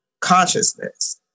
Consciousness